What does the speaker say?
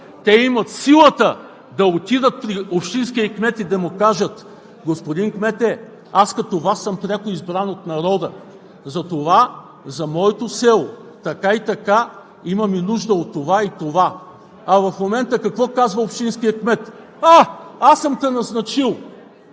те имат силата да отидат при общинския кмет и да му кажат: „Господин кмете, аз като Вас съм пряко избран от народа, затова за моето село, така и така, имаме нужда от това и това.“ А в момента какво казва общинският кмет: „А, аз съм те назначил,